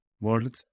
world